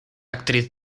actriz